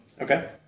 Okay